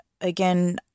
again